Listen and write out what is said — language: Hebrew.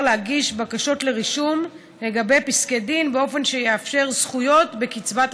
להגיש בקשות לרישום לגבי פסקי דין באופן שיאפשר זכויות בקצבת השאירים,